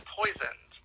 poisoned